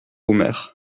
omer